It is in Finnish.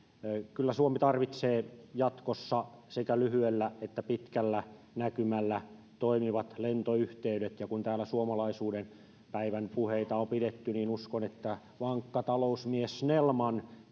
kyllä suomi tarvitsee jatkossa sekä lyhyellä että pitkällä näkymällä toimivat lentoyhteydet ja kun täällä suomalaisuuden päivän puheita on pidetty niin uskon että vankka talousmies snellmankin